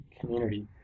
community